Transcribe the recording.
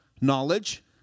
knowledge